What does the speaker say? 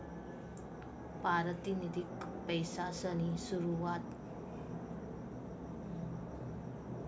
पारतिनिधिक पैसासनी सुरवात चीन पासून व्हयनी